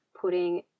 putting